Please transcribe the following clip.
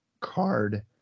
card